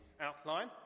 outline